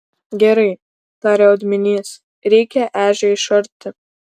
gerai tarė odminys reikia ežią išarti